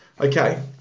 Okay